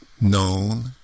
known